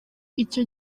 icyo